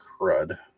crud